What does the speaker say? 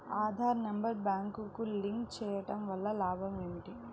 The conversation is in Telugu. ఆధార్ నెంబర్ బ్యాంక్నకు లింక్ చేయుటవల్ల లాభం ఏమిటి?